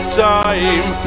time